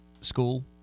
school